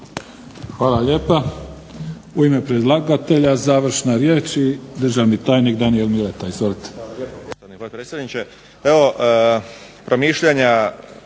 Hvala lijepa. U ime predlagatelja, završna riječ i državni tajnik Danijel Mileta.